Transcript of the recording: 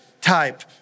type